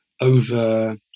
over